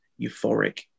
euphoric